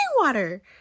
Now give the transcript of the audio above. water